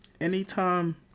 Anytime